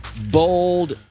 bold